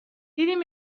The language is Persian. دیدیم